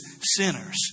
sinners